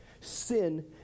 sin